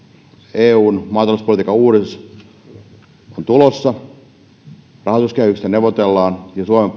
eun maatalouspolitiikan uudistus on tulossa rahoituskehyksistä neuvotellaan ja suomen